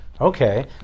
Okay